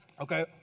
Okay